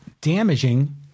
damaging